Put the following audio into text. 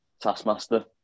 Taskmaster